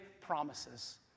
promises